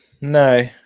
no